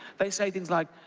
they say things, like,